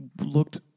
looked